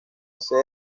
sede